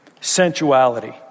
sensuality